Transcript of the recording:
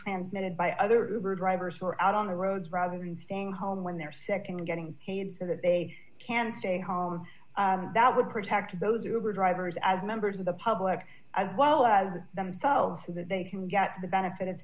transmitted by other drivers who are out on the roads rather than staying home when their nd getting paid so that they can stay home and that would protect those who are drivers as members of the public as well as themselves so that they can get the benefit of